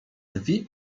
dwie